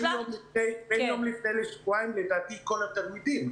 בין יום לפני לשבועיים לדעתי, כל התלמידים.